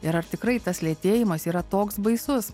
ir ar tikrai tas lėtėjimas yra toks baisus